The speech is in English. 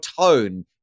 tone